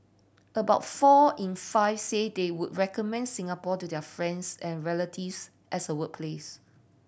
about four in five say they would recommend Singapore to their friends and relatives as a workplace